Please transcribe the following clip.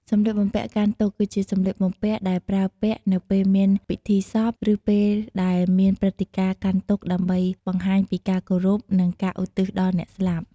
សម្លៀកបំពាក់កាន់ទុក្ខ គឺជាសម្លៀកបំពាក់ដែលប្រើពាក់នៅពេលមានពិធីសព ឬពេលដែលមានព្រឹត្តិការណ៍កាន់ទុក្ខដើម្បីបង្ហាញពីការគោរព និងការឧទ្ទិសដល់អ្នកស្លាប់។